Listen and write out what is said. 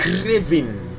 craving